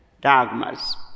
dogmas